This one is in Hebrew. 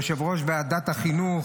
יושב-ראש ועדת החינוך,